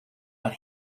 but